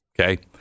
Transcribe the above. Okay